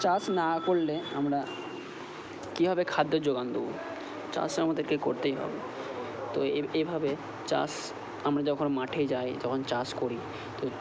চাষ না করলে আমরা কীভাবে খাদ্যের যোগান দেবো চাষ আমাদেরকে করতেই হবে তো এভাবে চাষ আমরা যখন মাঠে যাই যখন চাষ করি তো